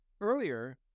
earlier